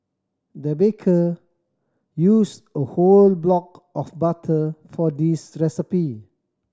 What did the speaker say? the baker used a whole block of butter for this recipe